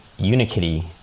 Unikitty